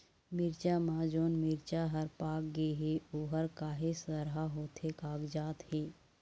मिरचा म जोन मिरचा हर पाक गे हे ओहर काहे सरहा होथे कागजात हे?